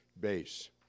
base